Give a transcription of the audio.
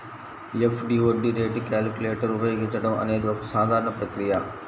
FD వడ్డీ రేటు calculator ఉపయోగించడం అనేది ఒక సాధారణ ప్రక్రియ